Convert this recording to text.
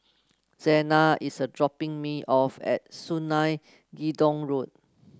Xena is a dropping me off at Sungei Gedong Road